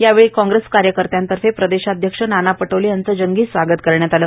यावेळी काँग्रेस कार्यकर्त्यांतर्फे प्रदेशाध्यक्ष नाना पटोले यांचे जंगी स्वागत करण्यात आले